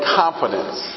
confidence